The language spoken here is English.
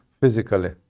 physically